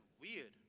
weird